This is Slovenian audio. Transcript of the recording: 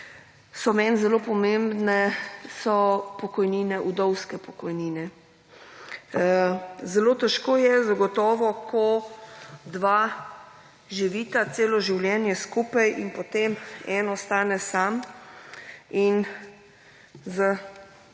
so meni zelo pomembne so vdovske pokojnine. Zelo težko je zagotovo ko dva živita celo življenje skupaj in potem eden ostane sam in z